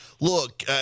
look